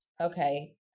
okay